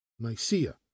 Nicaea